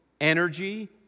energy